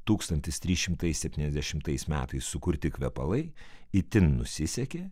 tūkstantis trys šimtai septyniasdešimtais metais sukurti kvepalai itin nusisekė